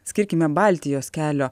skirkime baltijos kelio